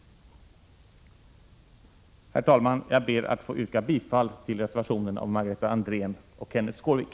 Herr talman! Jag ber att få yrka bifall till reservationen av Margareta Andrén och Kenth Skårvik.